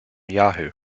yahoo